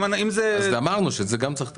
אז אמרנו שגם את זה צריך לתקן.